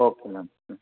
okay ma'am ம்